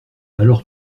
alors